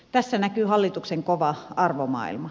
tässä näkyy hallituksen kova arvomaailma